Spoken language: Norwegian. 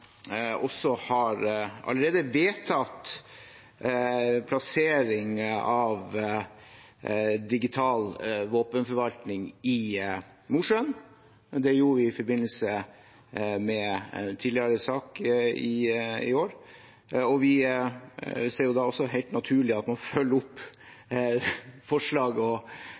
har vedtatt plassering av digital våpenforvaltning i Mosjøen. Det gjorde vi i forbindelse med en sak tidligere i år, og vi ser det som helt naturlig at man følger opp forslaget og